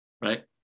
right